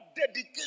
dedication